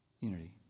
Unity